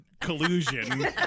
collusion